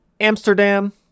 Amsterdam